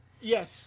Yes